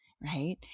right